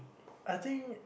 I think